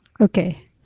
Okay